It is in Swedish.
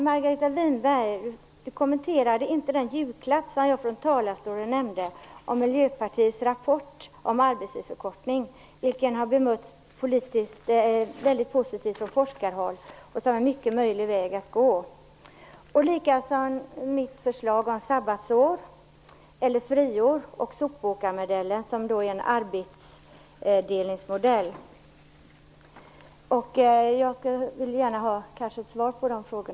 Margareta Winberg kommenterade inte den julklapp som jag från talarstolen nämnde, nämligen Miljöpartiets rapport om arbetstidsförkortning som har bemötts väldigt positivt från forskarhåll. Detta är en mycket möjlig väg att gå. Samma sak gäller mitt förslag om sabbatsår eller friår och sopåkarmodellen som är en arbetsdelningsmodell. Jag vill gärna ha svar på dessa frågor.